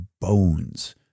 bones